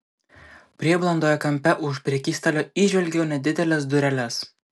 prieblandoje kampe už prekystalio įžvelgiau nedideles dureles